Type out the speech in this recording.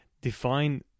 define